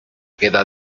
queda